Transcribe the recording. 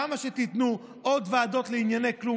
כמה שתיתנו עוד ועדות לענייני כלום,